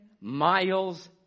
miles